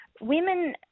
women